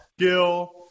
skill